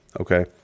Okay